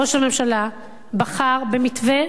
ראש הממשלה בחר במתווה,